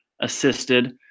assisted